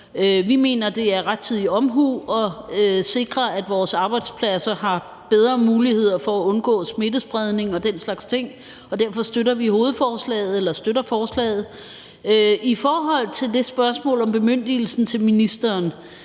Vi mener, det er rettidig omhu at sikre, at vores arbejdspladser har bedre muligheder for at undgå smittespredning og den slags ting, og derfor støtter vi forslaget. I forhold til spørgsmålet om bemyndigelsen til ministeren